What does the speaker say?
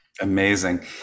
Amazing